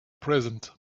present